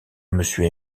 monsieur